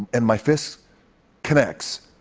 and my fist connects,